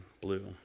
blue